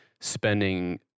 spending